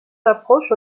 d’approche